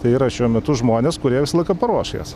tai yra šiuo metu žmonės kurie visą laiką paruoš jas